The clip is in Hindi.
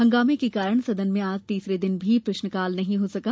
हंगामें के चलते सदन में आज तीसरे दिन भी प्रश्नकाल नहीं हो सका